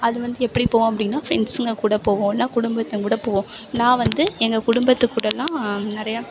அது வந்து எப்படி போவோம் அப்படின்னா ஃபிரண்ட்ஸ்ங்க கூட போவோம் இல்லைனா குடும்பத்துகூட போவோம் நான் வந்து எங்கள் குடும்பத்துகூட தான் நிறையா